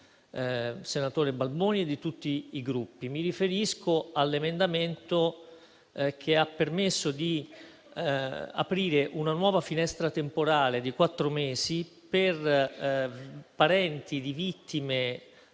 senatore Balboni, e di tutti i Gruppi. Mi riferisco all'emendamento che ha permesso di aprire una nuova finestra temporale di quattro mesi per i parenti delle vittime